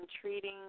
treating